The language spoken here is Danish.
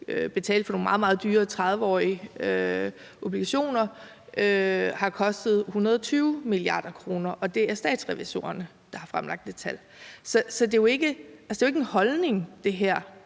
betalte for nogle meget, meget dyre 30-årige obligationer, har kostet 120 mia. kr., og det er Statsrevisorerne, der har fremlagt det tal. Så det her er jo ikke en holdning. Altså,